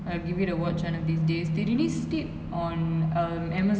so instead of people flocking to the cinemas they released it on amazon prime